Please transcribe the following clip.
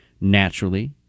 naturally